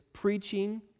preaching